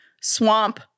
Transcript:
swamp